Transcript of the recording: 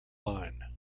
line